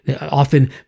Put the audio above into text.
Often